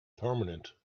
permanent